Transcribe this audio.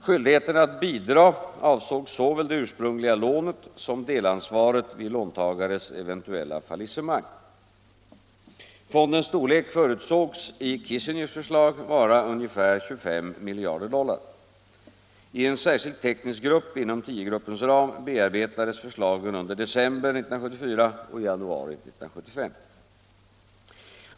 Skyldigheten att bidra avsåg såväl det ursprungliga lånet som delansvaret vid låntagares eventuella fallisemang. Fondens storlek förutsågs i Kissingers förslag vara ca 25 miljarder dollar. I en särskild teknisk grupp inom tiogruppens ram bearbetades förslagen under december 1974 och januari 1975.